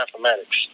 mathematics